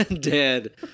Dead